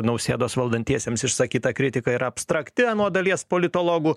nausėdos valdantiesiems išsakyta kritika yra abstrakti anot dalies politologų